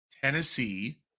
Tennessee